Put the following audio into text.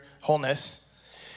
wholeness